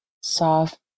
soft